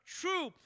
true